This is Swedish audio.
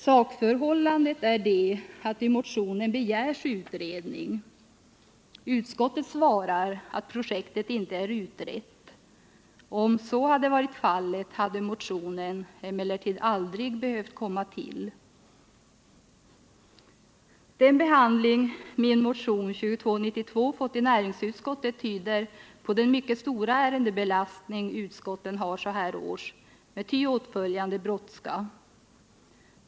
Sakförhållandet är alltså, att det i motionen begärs utredning men att utskottet svarar, att projektet inte är utrett. Om så hade varit fallet, hade motionen aldrig behövt väckas. Den behandling min motion 2292 fått i näringsutskottet visar den mycket stora ärendebelastning utskotten har så här års, med ty åtföljande brådska.